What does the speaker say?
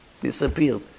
Disappeared